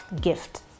gift